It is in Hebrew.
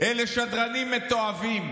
שדרנים מתועבים.